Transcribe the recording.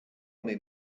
army